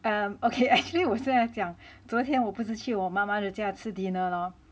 um okay actually 我现在要讲昨天我不是去我妈妈的家吃 dinner lor